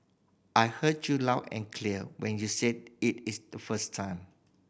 I heard you loud and clear when you said it is the first time